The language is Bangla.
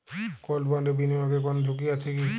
গোল্ড বন্ডে বিনিয়োগে কোন ঝুঁকি আছে কি?